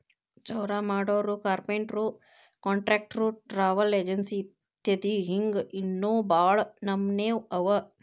ಚೌರಾಮಾಡೊರು, ಕಾರ್ಪೆನ್ಟ್ರು, ಕಾನ್ಟ್ರಕ್ಟ್ರು, ಟ್ರಾವಲ್ ಎಜೆನ್ಟ್ ಇತ್ಯದಿ ಹಿಂಗ್ ಇನ್ನೋ ಭಾಳ್ ನಮ್ನೇವ್ ಅವ